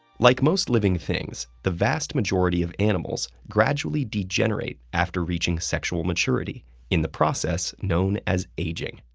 like most living things, the vast majority of animals gradually degenerate after reaching sexual maturity in the process known as aging.